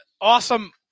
awesome